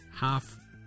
half